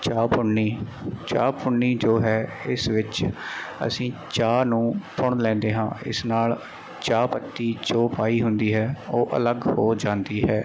ਚਾਹ ਪੁਣਨੀ ਚਾਹ ਪੁੁਣਨੀ ਜੋ ਹੈ ਇਸ ਵਿੱਚ ਅਸੀਂ ਚਾਹ ਨੂੰ ਪੁਣ ਲੈਂਦੇ ਹਾਂ ਇਸ ਨਾਲ ਚਾਹ ਪੱਤੀ ਜੋ ਪਾਈ ਹੁੰਦੀ ਹੈ ਉਹ ਅਲੱਗ ਹੋ ਜਾਂਦੀ ਹੈ